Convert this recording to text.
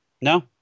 No